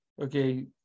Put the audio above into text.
okay